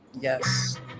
Yes